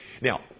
Now